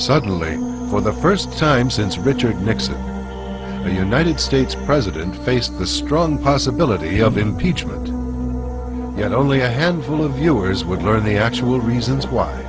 suddenly for the first time since richard nixon the united states president faced the strong possibility of impeachment you know only a handful of viewers would learn the actual reasons why